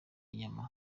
nyama